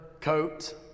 coat